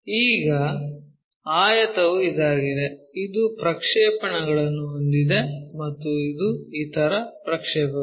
ಈಗ ಆಯತವು ಇದಾಗಿದೆ ಇದು ಪ್ರಕ್ಷೇಪಣಗಳನ್ನು ಹೊಂದಿದೆ ಮತ್ತು ಇದು ಇತರ ಪ್ರಕ್ಷೇಪಗಳು